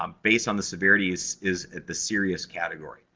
um based on the severity, is is at the serious category.